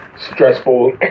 stressful